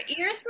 ears